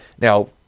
Now